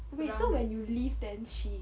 wait so when you leave than she